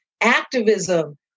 activism